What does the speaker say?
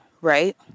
right